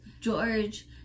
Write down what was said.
George